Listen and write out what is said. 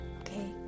Okay